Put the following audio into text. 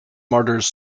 martyrs